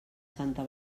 santa